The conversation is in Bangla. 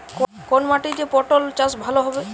কোন মাটিতে পটল চাষ ভালো হবে?